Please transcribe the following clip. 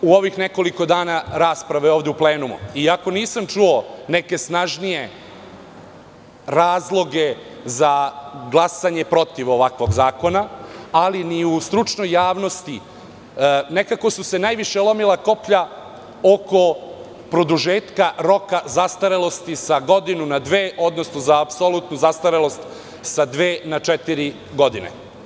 U ovih nekoliko dana rasprave ovde u plenumu, iako nisam čuo neke snažnije razloge za glasanje protiv ovakvog zakona, ali ni u stručnoj javnosti, nekako su se najviše lomila koplja oko produžetka roka zastarelosti sa godinu na dve, odnosno za apsolutnu zastarelost sa dve na četiri godine.